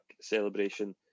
celebration